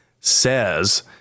says